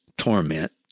torment